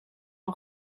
een